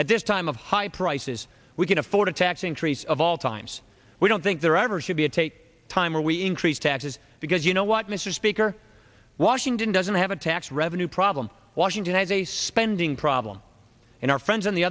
at this time of high prices we can afford a tax increase of all times we don't think there ever should be a take time where we increase taxes because you know what mr speaker washington doesn't have a tax revenue problem washington has a spending problem and our friends on the